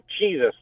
Jesus